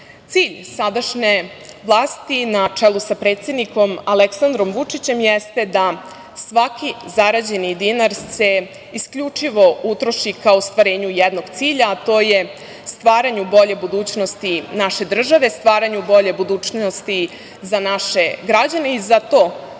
reč. Cilj sadašnje vlasti, na čelu sa predsednikom Aleksandrom Vučićem, jeste da svaki zarađeni dinar se isključivo utroši ka ostvarenju jednog cilja, a to je stvaranju bolje budućnosti naše države, stvaranju bolje budućnosti za naše građane. Za to ćemo